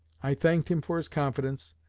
i thanked him for his confidence,